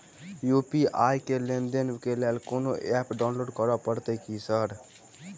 UPI ID लेनदेन केँ लेल कोनो ऐप डाउनलोड करऽ पड़तय की सर?